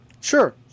Sure